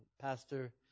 Pastor